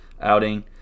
outing